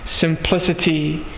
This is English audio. simplicity